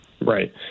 Right